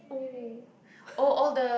oh